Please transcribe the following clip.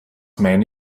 meine